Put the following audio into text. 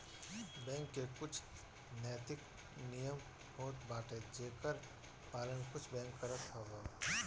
bank के कुछ नैतिक नियम होत बाटे जेकर पालन कुछ बैंक करत हवअ